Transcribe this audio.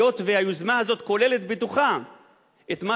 היות שהיוזמה הזאת כוללת בתוכה את מה